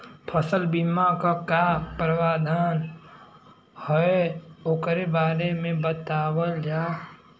फसल बीमा क का प्रावधान हैं वोकरे बारे में बतावल जा?